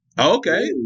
Okay